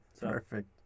perfect